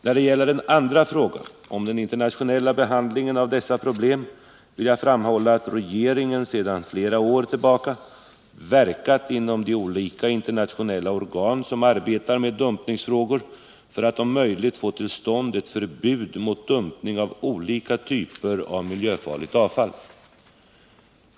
När det gäller den andra frågan, om den internationella behandlingen av dessa problem, vill jag framhålla att regeringen under flera år verkat inom de olika internationella organ som arbetar med dumpningsfrågor för att om möjligt få till stånd ett förbud mot dumpning av olika typer av miljöfarligt avfall.